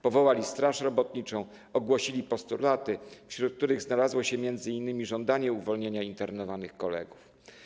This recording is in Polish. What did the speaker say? Powołali straż robotniczą i ogłosili postulaty, wśród których znalazło się m.in. żądanie uwolnienia internowanych kolegów.